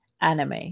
anime